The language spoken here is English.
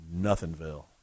nothingville